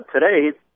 today